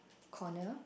corner